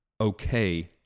okay